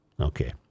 Okay